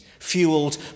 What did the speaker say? Fueled